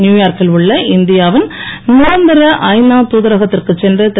நியூயார்க்கில் உள்ள இந்தியாவின் நிரந்தர ஐநா தூதரகத்திற்கு சென்ற திரு